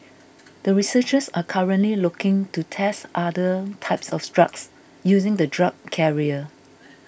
the researchers are currently looking to test other types of drugs using the drug carrier